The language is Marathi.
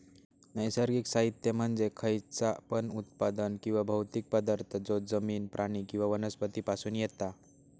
नैसर्गिक साहित्य म्हणजे खयचा पण उत्पादन किंवा भौतिक पदार्थ जो जमिन, प्राणी किंवा वनस्पती पासून येता